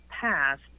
passed